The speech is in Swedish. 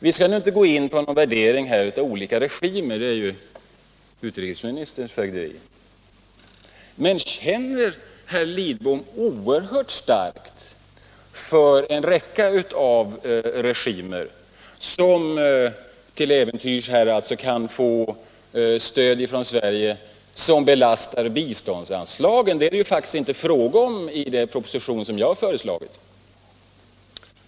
Vi skall här inte gå in på någon värdering av olika regimer — det hör ju till utrikesministerns fögderi — men känner herr Lidbom oerhört starkt för en rad av regimer som till äventyrs kan få stöd från Sverige, stöd som belastar biståndsanslaget? Det är det ju faktiskt inte fråga om i den proposition som jag har lagt fram.